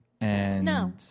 No